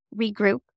regroup